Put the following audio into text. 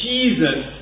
Jesus